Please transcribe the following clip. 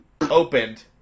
opened